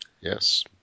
Yes